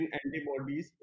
antibodies